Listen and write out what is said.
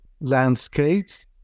landscapes